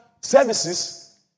services